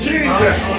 Jesus